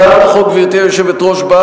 גברתי היושבת-ראש,